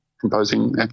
composing